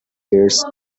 years